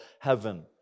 heaven